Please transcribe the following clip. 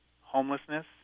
homelessness